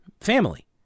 family